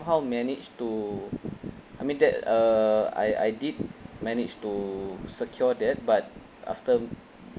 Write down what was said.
managed to I mean that uh I I did manage to secure that but after